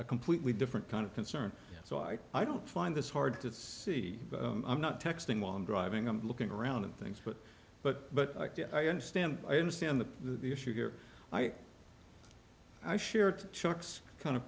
a completely different kind of concern so i i don't find this hard to see i'm not texting while i'm driving i'm looking around and things but but but i understand i understand the issue here i i shared shocks kind of